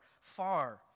far